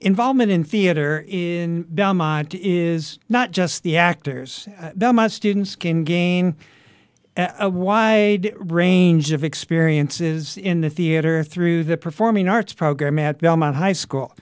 involvement in theater in dominant is not just the actor's them a student's can gain a wide range of experiences in the theater through the performing arts program at belmont high school